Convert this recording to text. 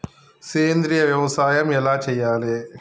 సేంద్రీయ వ్యవసాయం ఎలా చెయ్యాలే?